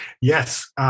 Yes